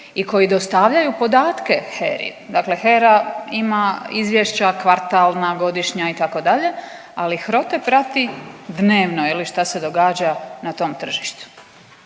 i koji dostavljaju podatke HERA-i. Dakle, HERA ima izvješća kvartalna, godišnja itd. Ali HROTE prati dnevno šta se događa na tom tržištu.